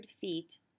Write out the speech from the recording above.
feet